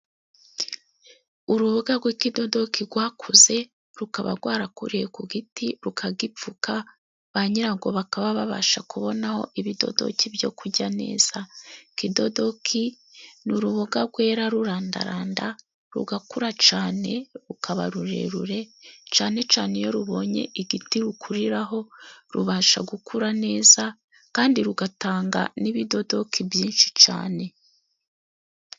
Uruboga rw'ikikododoki rwakuze, rukaba rwarakuriye ku giti, rukagipfuka, ba nyirarwo bakaba babasha kubonaho ibidodoki byo kurya neza. Ikidodoki ni uruboga rwera rurandaranda, rugakura cyane, rukaba rurerure, cyane cyane iyo rubonye igiti rukuriraho, rubasha gukura neza, kandi rugatanga n'ibidodoki byinshi cyane.